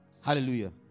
Hallelujah